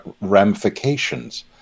ramifications